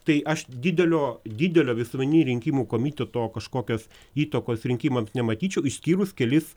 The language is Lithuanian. tai aš didelio didelio visuomeninio rinkimų komiteto kažkokios įtakos rinkimams nematyčiau išskyrus kelis